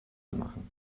machen